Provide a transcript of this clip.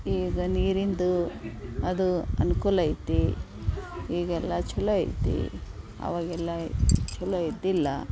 ಈಗ ನೀರಿಂದು ಅದು ಅನುಕೂಲ ಐತಿ ಈಗೆಲ್ಲ ಚಲೋ ಐತಿ ಅವಾಗೆಲ್ಲ ಚಲೋ ಇದ್ದಿಲ್ಲ